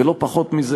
ולא פחות מזה,